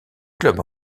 club